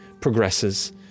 Progresses